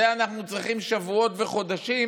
לזה אנחנו צריכים שבועות וחודשים,